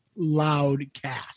Loudcast